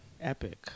Epic